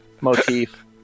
motif